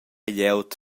glieud